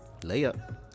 Layup